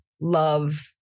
love